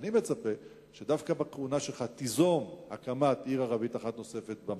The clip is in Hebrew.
אני מצפה שדווקא בכהונה שלך תיזום הקמת עיר ערבית אחת נוספת במשולש,